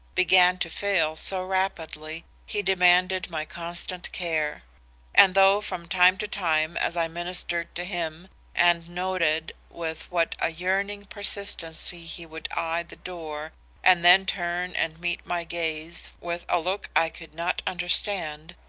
began to fail so rapidly, he demanded my constant care and though from time to time as i ministered to him and noted with what a yearning persistency he would eye the door and then turn and meet my gaze with a look i could not understand,